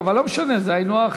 אבל לא משנה, זה היינו הך,